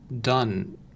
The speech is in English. done